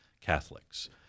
Catholics